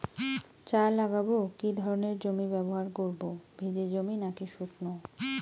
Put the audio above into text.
চা লাগাবো কি ধরনের জমি ব্যবহার করব ভিজে জমি নাকি শুকনো?